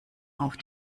auf